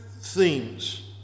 themes